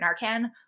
Narcan